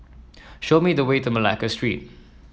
show me the way to Malacca Street